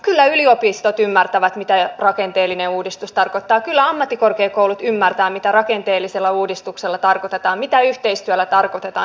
kyllä yliopistot ymmärtävät mitä rakenteellinen uudistus tarkoittaa kyllä ammattikorkeakoulut ymmärtävät mitä rakenteellisella uudistuksella tarkoitetaan mitä yhteistyöllä tarkoitetaan